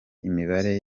imibare